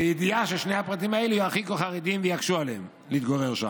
בידיעה ששני הפרטים הללו ירחיקו חרדים ויקשו עליהם להתגורר שם.